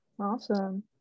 Awesome